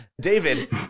david